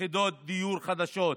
יחידות דיור חדשות.